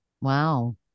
Wow